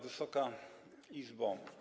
Wysoka Izbo!